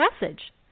message